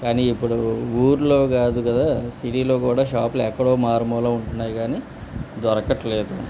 కానీ ఇప్పుడు ఊళ్ళో మారుమూల ఉంటున్నాయి కానీ దొరకట్లేదు